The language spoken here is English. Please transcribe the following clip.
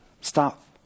Stop